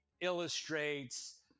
illustrates